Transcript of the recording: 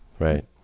Right